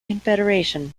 confederation